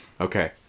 Okay